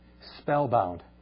spellbound